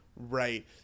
right